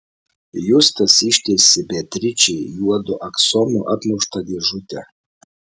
justas ištiesė beatričei juodu aksomu apmuštą dėžutę